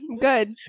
Good